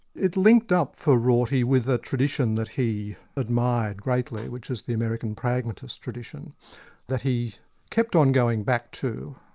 it linked up for rorty with a tradition that he admired greatly, which was the american pragmatist tradition that he kept on going back to.